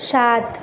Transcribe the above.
সাত